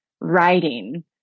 writing